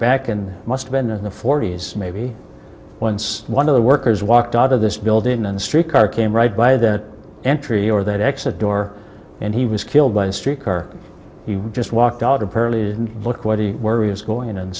back and musta been in the forty's maybe once one of the workers walked out of this building and streetcar came right by that entry or that exit door and he was killed by a street car he just walked out apparently and look what do you worry is going in